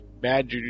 bad